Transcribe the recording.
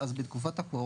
שקיימת?